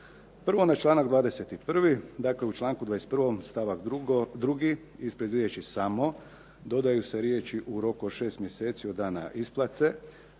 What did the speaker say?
Prvo na članak 21. dakle u članku 21. stavak 2. ispred riječi „samo“ dodaju se riječi „u roku od 6 mjeseci od dana isplate“,